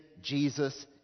Jesus